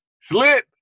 slit